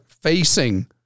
facing